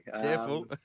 Careful